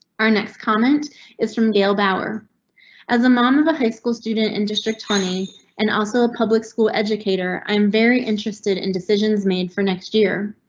our next comment is from dale bauer as a mom of a high school student in district honey and also a public school educator. i'm very interested in decisions made for next year.